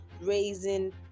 Raising